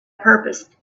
purpose